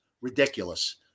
Ridiculous